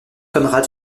conrad